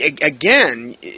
again